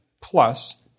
plus